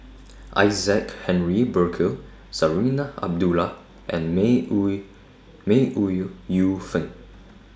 Isaac Henry Burkill Zarinah Abdullah and May Ooi May Ooi Yu Yu Fen